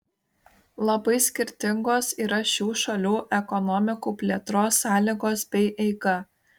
labai skirtingos yra šių šalių ekonomikų plėtros sąlygos bei eiga